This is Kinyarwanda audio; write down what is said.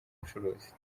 bucuruzi